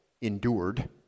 endured